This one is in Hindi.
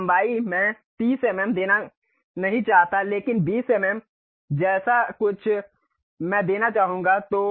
फिर लंबाई मैं 30 एमएम देना नहीं चाहता लेकिन 20 एमएम जैसा कुछ मैं देना चाहूंगा